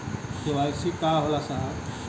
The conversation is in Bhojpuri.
के.वाइ.सी का होला साहब?